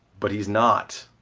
but he's not.